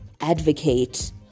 advocate